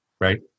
Right